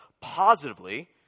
positively